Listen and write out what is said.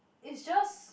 is just